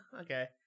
okay